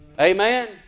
Amen